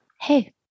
Hey